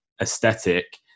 aesthetic